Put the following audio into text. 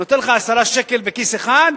נותן לך 10 שקל בכיס אחד,